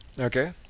Okay